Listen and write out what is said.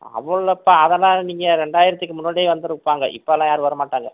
அவ்வளவு இல்லை பா அது எல்லாம் நீங்க இரண்டாயிரத்துக்கு முன்னாடியே வந்து இருப்பாங்க இப்போ எல்லாம் யாரும் வரமாட்டாங்க